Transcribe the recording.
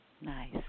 Nice